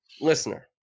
listener